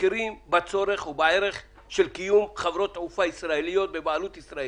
מכירים בצורך ובערך של קיום חברות תעופה ישראליות בבעלות ישראלית,